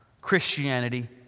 Christianity